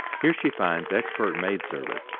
here she finds expert maid service,